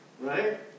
right